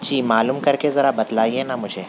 جی معلوم کر کے ذرا بتلائیے نا مجھے